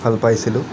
ভাল পাইছিলোঁ